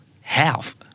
half